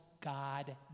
God